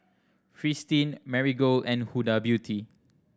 Fristine Marigold and Huda Beauty